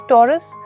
Taurus